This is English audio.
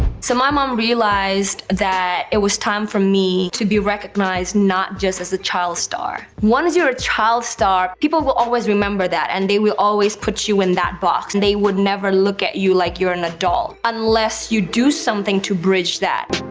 so my mum realised that it was time for me to be recognised not just as a child star. once you're a child star, people will always remember that, and they will always put you in that box, and they would never look at you like you're an adult, unless you do something to bridge that.